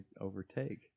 overtake